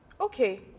okay